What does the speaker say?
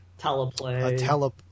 teleplay